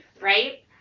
Right